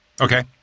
Okay